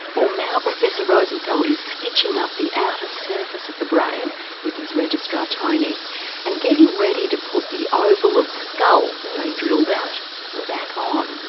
ah now professor rosenfeld is stitching up the outer surface of the brain with his registrar tony and getting ready to put the oval of skull they drilled out back on.